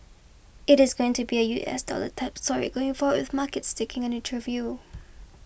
it is going to be a U S dollar type story going forward with markets taking a neutral view